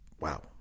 Wow